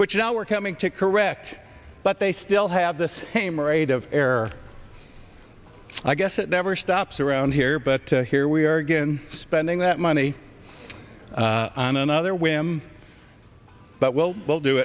which now are coming to correct but they still have the same rate of error i guess it never stops around here but here we are again spending that money on another whim but well we'll do